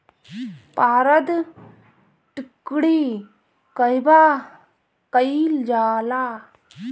पारद टिक्णी कहवा कयील जाला?